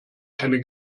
keine